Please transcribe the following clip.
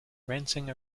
renting